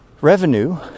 revenue